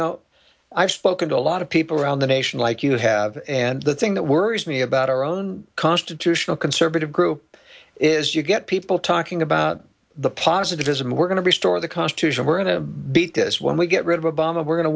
know i've spoken to a lot of people around the nation like you have and the thing that worries me about our own constitutional conservative group is you get people talking about the positivism we're going to be store the constitution we're going to beat this when we get rid of obama we're go